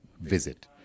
visit